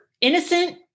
innocent